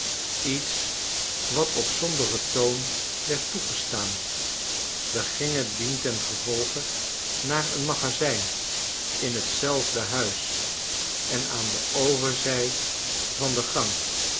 iets wat op somberen toon werd toegestaan we gingen dientengevolge naar een magazijn in tzelfde huis en aan'de overzij van de gang